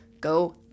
go